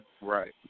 Right